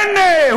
הנה,